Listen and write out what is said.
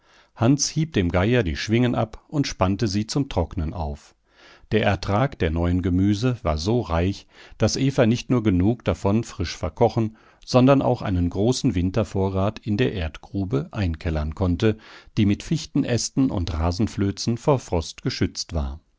hans hieb dem geier die schwingen ab und spannte sie zum trocknen auf der ertrag der neuen gemüse war so reich daß eva nicht nur genug davon frisch verkochen sondern auch einen großen wintervorrat in einer erdgrube einkellern konnte die mit fichtenästen und rasenflözen vor frost geschützt war